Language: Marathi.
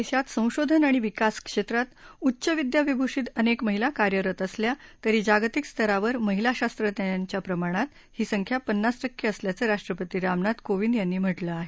देशात संशोधन आणि विकास क्षेत्रात उच्चविद्याविभूषित अनेक महिला कार्यरत असल्या तरी जागतिक स्तरावर महिला शास्त्रज्ञांच्या प्रमाणात ही संख्या पन्नास टक्के असल्याचं राष्ट्रपती रामनाथ कोविंद यांनी म्हटलं आहे